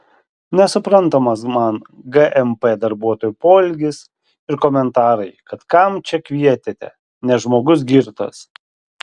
nesuprantamas man gmp darbuotojų poelgis ir komentarai kad kam čia kvietėte nes žmogus girtas